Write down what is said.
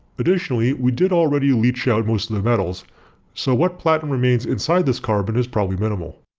additionally, we did already leach out most of the metals so what platinum remains inside this carbon is probably minimal.